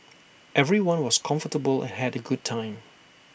everyone was comfortable and had A good time